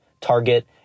Target